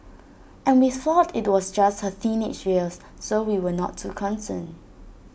and we thought IT was just her years so we were not too concerned